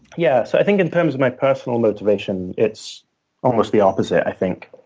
yeah. so i think in terms of my personal motivation, it's almost the opposite, i think.